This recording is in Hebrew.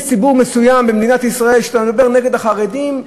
יש ציבור מסוים במדינת ישראל שכשאתה מדבר לפניו נגד החרדים,